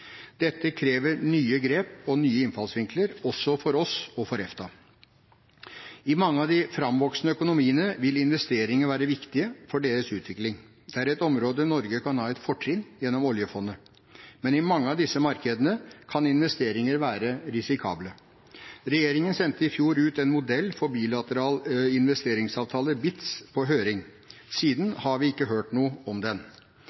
Dette krever nye grep og nye innfallsvinkler, også for oss og for EFTA. I mange av de framvoksende økonomiene vil investeringer være viktige for deres utvikling. Dette er et område hvor Norge kan ha et fortrinn gjennom oljefondet, men i mange av disse markedene kan investeringer være risikable. Regjeringen sendte i fjor ut en modell for bilaterale investeringsavtaler, BITs, på høring. Siden har vi ikke hørt noe om den.